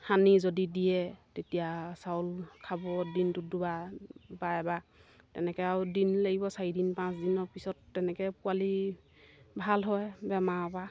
সানি যদি দিয়ে তেতিয়া চাউল খাব দিনটোত দুৱাৰ বা এবাৰ তেনেকৈ আৰু দিন লাগিব চাৰিদিন পাঁচদিনৰ পিছত তেনেকৈ পোৱালি ভাল হয় বেমাৰৰপৰা